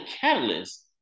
catalyst